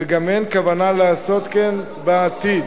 וגם אין כוונה לעשות כן בעתיד,